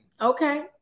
Okay